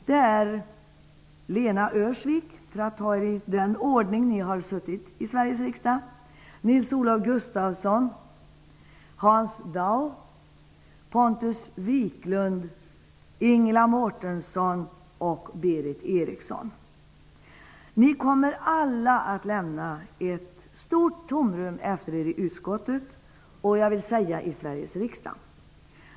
Det är -- för att ta er i ordning efter det antal år som ni har suttit i Sveriges riksdag -- Lena Ni kommer alla att lämna ett stort tomrum efter er i utskottet och i Sveriges riksdag.